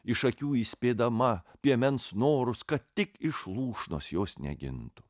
iš akių įspėdama piemens norus kad tik iš lūšnos jos negintų